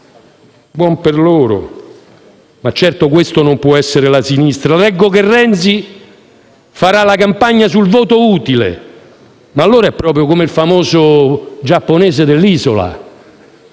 Buon per loro, ma certo questo non può essere la sinistra. Leggo che Renzi farà la campagna sul voto utile. Ma, allora, è come il famoso giapponese dell'isola